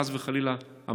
חס וחלילה.